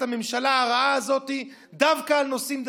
הממשלה הרעה הזאת דווקא על נושאים דתיים.